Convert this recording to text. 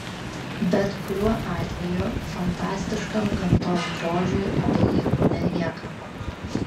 bet kuriuo atveju fantastiškam gamtos grožiui abejingų nelieka